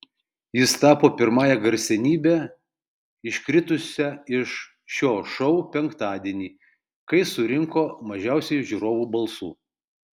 jis tapo pirmąja garsenybe iškritusia iš šio šou penktadienį kai surinko mažiausiai žiūrovų balsų